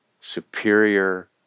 superior